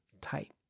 tight